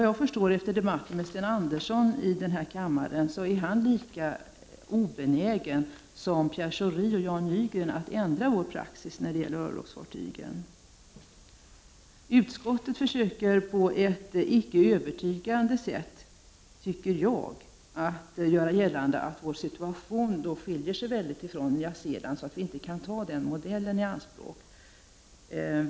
Att döma av debatten med Sten Andersson här i kammaren är Sten Andersson lika obenägen som Pierre Schori och Jan Nygren att ändra svensk praxis när det gäller örlogsfartygen. Utskottet försöker — enligt min mening på ett icke övertygande sätt — göra gällande att vår situation skiljer sig väldigt från situationen i Nya Zeeland och att vi därför inte kan ta efter den nyzeeländska modellen.